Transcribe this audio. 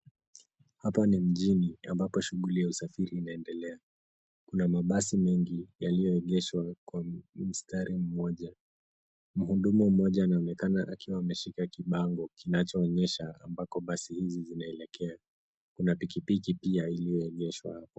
Hapa ni mjini ambapo shughuli za usafiri inaendelea. Kuna mabasi mengi yaliyoegeshwa kwa mstari mmoja. Mhudumu mmoja anaonekana akiwa ameshika kibango kinachoonyesha ambako basi hizi zinaelekea. Kuna pikipiki pia iliyoegeshwa hapo.